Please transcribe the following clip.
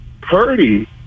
Purdy